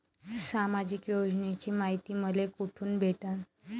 सामाजिक योजनेची मायती मले कोठून भेटनं?